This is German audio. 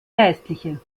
geistliche